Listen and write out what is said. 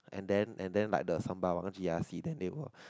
and then and then like the Sembawang G_R_C then they will